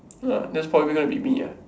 ah that's probably gonna be me ah